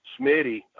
Smitty